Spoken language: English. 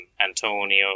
Antonio